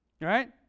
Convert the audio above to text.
right